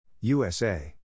USA